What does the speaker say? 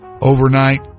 Overnight